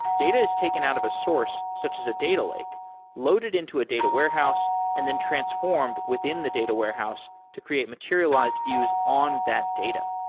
data is taken out of a source such as a data lake loaded into a data warehouse and then transformed within the data warehouse to create materialized views on that data.